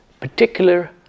particular